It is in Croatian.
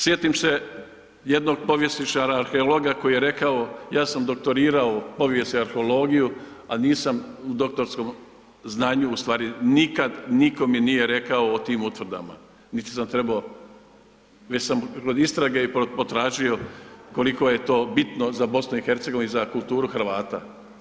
Sjetim se jednog povjesničara, arheologa koji je rekao, ja sam doktorirao povijest i arheologiju, ali nisam u doktorskom znanju ustvari nikad nitko mi nije rekao o tim utvrdama niti sam trebao, već sam istrage potražio koliko je to bitno za BiH i za kulturu Hrvata.